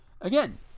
again